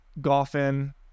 golfing